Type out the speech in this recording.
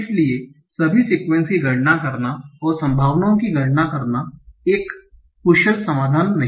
इसलिए सभी सीक्वन्स की गणना करना और संभावनाओं की गणना करना एक कुशल समाधान नहीं है